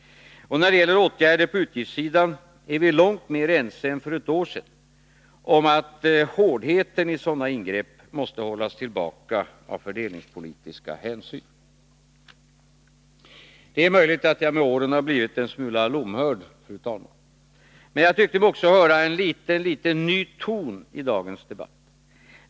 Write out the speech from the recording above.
När det gäller åtgärder på utgiftssidan är vi långt mer ense än för ett år sedan om att hårdheten i sådana ingrepp måste hållas tillbaka av fördelningspolitiska hänsyn. Det är möjligt, fru talman, att jag med åren har blivit en smula lomhörd. Men jag tyckte mig höra en liten, liten ny ton i dagens debatt.